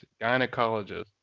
Gynecologist